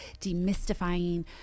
demystifying